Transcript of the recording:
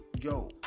Yo